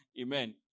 Amen